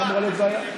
לא אמורה להיות בעיה.